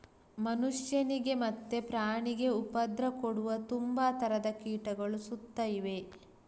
ಮನುಷ್ಯನಿಗೆ ಮತ್ತೆ ಪ್ರಾಣಿಗೆ ಉಪದ್ರ ಕೊಡುವ ತುಂಬಾ ತರದ ಕೀಟಗಳು ಸುತ್ತ ಇವೆ